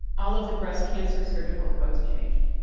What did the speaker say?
all of the breast cancer surgical codes changed.